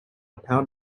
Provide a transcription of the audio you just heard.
pound